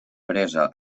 presa